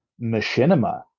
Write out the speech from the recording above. machinima